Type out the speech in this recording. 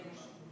לדיכטר?